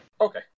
Okay